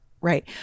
right